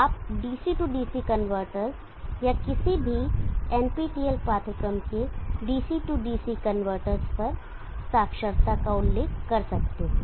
आप DC DC converters या किसी भी NPTEL पाठ्यक्रम के DC DC कन्वर्टर्स पर साक्षरता का उल्लेख कर सकते हैं